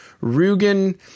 Rugen